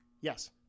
Yes